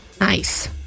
Nice